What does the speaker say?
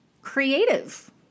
creative